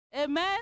Amen